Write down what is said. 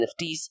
NFTs